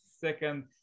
second